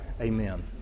Amen